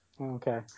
Okay